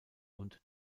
und